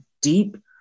deep